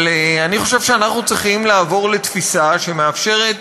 אבל אני חושב שאנחנו צריכים לעבור לתפיסה שמאפשרת